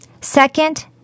Second